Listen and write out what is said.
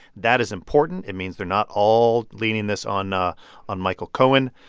that is important. it means they're not all leaning this on ah on michael cohen.